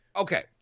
Okay